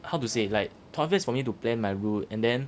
how to say like twelve years for me plan my route and then